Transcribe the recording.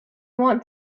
want